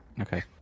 Okay